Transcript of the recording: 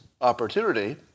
opportunity